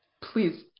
please